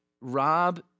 Rob